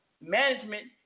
Management